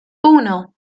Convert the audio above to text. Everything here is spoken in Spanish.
uno